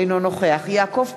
אינו נוכח יעקב פרי,